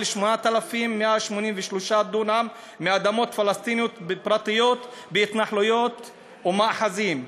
8,183 דונם מאדמות פלסטיניות פרטיות בהתנחלויות ומאחזים,